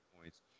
points